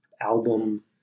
album